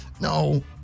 No